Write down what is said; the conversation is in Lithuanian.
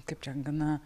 kaip čia gana